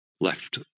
left